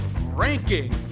ranking